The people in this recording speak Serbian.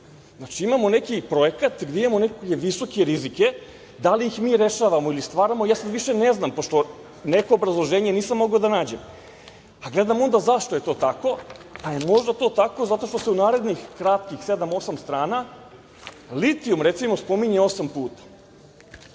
Znači, imamo neki projekat gde imamo neke visoke rizike, da li ih mi rešavamo ili ih stvaramo, ja sad više ne znam, pošto neko obrazloženje nisam mogao da nađem. Gledam onda zašto je to tako. Pa je možda to tako zato se u narednih kratkih sedam-osam strana litijum, recimo, spominje osam